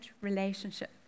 relationship